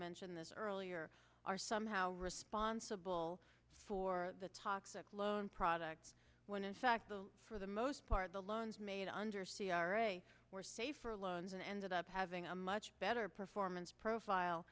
mentioned this earlier are somehow responsible for the toxic loan product when in fact for the most part the loans made under c r a were safer loans and ended up having a much better performance profile